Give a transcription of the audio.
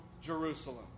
Jerusalem